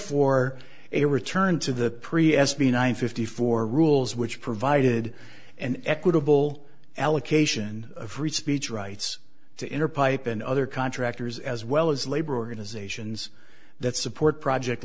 for a return to the pre s b nine fifty four rules which provided an equitable allocation of reach the church rights to inner pipe and other contractors as well as labor organizations that support project